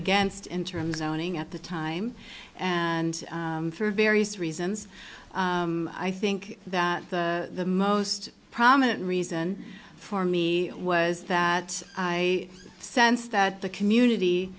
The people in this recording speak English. against interim zoning at the time and for various reasons i think that the most prominent reason for me was that i sensed that the community